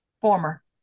Former